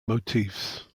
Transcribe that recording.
motifs